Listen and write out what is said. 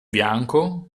bianco